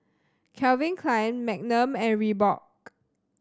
Calvin Klein Magnum and Reebok